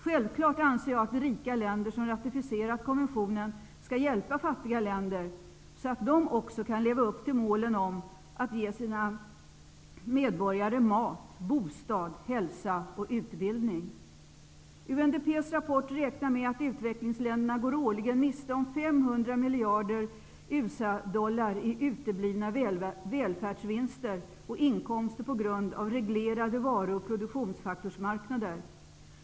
Självfallet anser jag att rika länder som ratificerat konventionen skall hjälpa fattiga länder, så att de också kan leva upp till målen om att ge sina medborgare mat, bostad, hälsa och utbildning. I UNDP:s rapport räknar man med att utvecklingsländerna årligen går miste om 500 miljarder USA-dollar i uteblivna välfärdsvinster och inkomster på grund av reglerade varu och produktionsfaktorsmarknader.